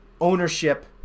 ownership